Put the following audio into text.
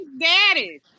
daddy